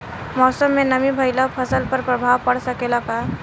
मौसम में नमी भइला पर फसल पर प्रभाव पड़ सकेला का?